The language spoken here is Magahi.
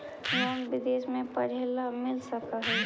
लोन विदेश में पढ़ेला मिल सक हइ?